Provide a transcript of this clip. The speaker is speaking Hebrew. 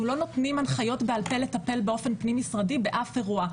אנחנו לא נותנים הנחיות בעל פה לטפל באופן פנים משרדי באף אירוע,